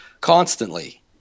constantly